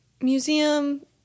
museum